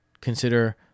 consider